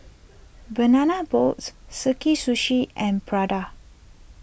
Banana Boats Sakae Sushi and Prada